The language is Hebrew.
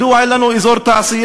מדוע אין לנו אזור תעשייה?